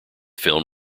film